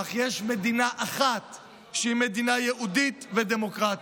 אך יש מדינה אחת שהיא מדינה יהודית ודמוקרטית.